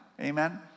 Amen